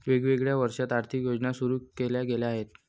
वेगवेगळ्या वर्षांत आर्थिक योजना सुरू केल्या गेल्या आहेत